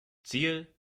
ziel